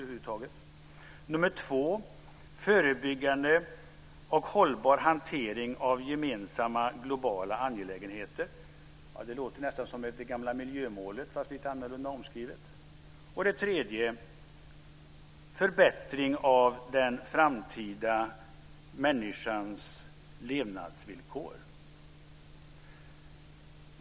Nummer två: Förebyggande och hållbar hantering av gemensamma globala angelägenheter. Det låter nästan som det gamla miljömålet fast lite annorlunda omskrivet. Nummer tre: Förbättring av den framtida människans levnadsvillkor.